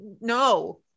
no